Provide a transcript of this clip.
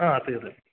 ആഹ് അതെ അതെ